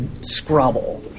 scrabble